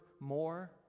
more